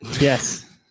Yes